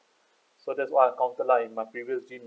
so that's what I encountered lah in my previous gym